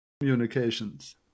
Communications